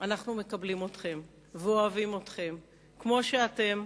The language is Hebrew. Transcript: אנחנו מקבלים אתכם ואוהבים אתכם כמו שאתם,